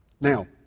Now